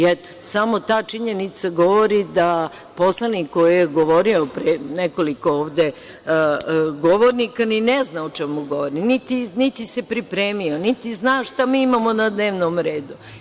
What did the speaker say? I, eto, samo ta činjenica govori da poslanik koji je govorio pre nekoliko ovde govornika, ni ne zna o čemu govori, niti se pripremio, niti zna šta mi imamo na dnevnom redu.